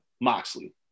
Moxley